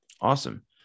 awesome